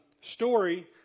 story